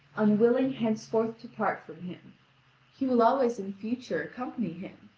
unwilling henceforth to part from him he will always in future accompany him,